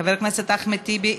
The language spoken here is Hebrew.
חבר הכנסת אחמד טיבי,